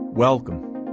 Welcome